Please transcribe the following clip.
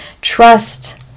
Trust